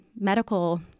medical